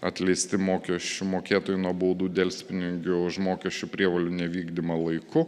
atleisti mokesčių mokėtojai nuo baudų delspinigių už mokesčių prievolių nevykdymą laiku